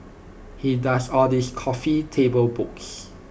he does all these coffee table books